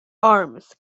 arms